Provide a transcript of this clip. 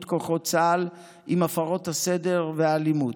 של כוחות צה"ל עם הפרות הסדר והאלימות.